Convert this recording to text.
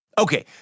Okay